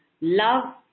love